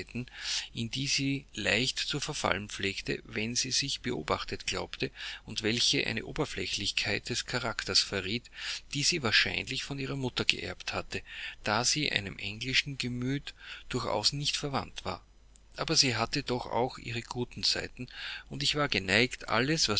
in die sie leicht zu verfallen pflegte wenn sie sich beobachtet glaubte und welche eine oberflächlichkeit des charakters verriet die sie wahrscheinlich von ihrer mutter geerbt hatte da sie einem englischen gemüt durchaus nicht verwandt war aber sie hatte doch auch ihre guten seiten und ich war geneigt